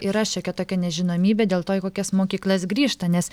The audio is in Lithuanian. yra šiokia tokia nežinomybė dėl to į kokias mokyklas grįžta nes